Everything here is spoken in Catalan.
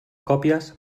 còpies